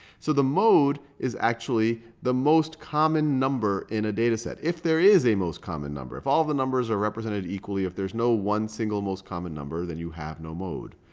so the mode is actually the most common number in a data set, if there is a most common number. if all of the numbers are represented equally, if there's no one single most common number, then you have no mode.